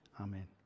Amen